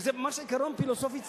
וזה ממש עיקרון פילוסופי צודק.